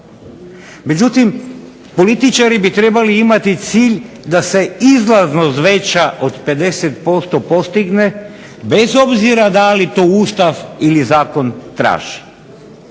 Međutim, političari bi trebali imati cilj da se izlaznost veća od 50% postigne bez obzira da li to Ustav ili zakon traži.